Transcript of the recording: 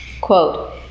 Quote